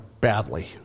badly